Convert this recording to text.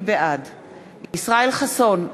בעד ישראל חסון,